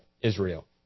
Israel